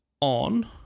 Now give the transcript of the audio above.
on